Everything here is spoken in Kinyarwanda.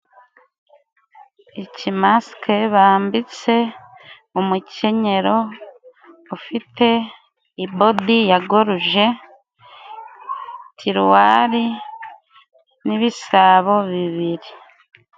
Ikimasike bambitse umukenyero, ufite ibodi ya goruje, tiruwari n'ibisabo bibiri.